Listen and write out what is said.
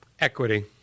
equity